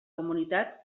comunitat